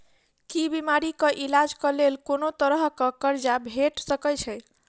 की बीमारी कऽ इलाज कऽ लेल कोनो तरह कऽ कर्जा भेट सकय छई?